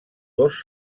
dos